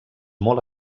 molt